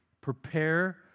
Prepare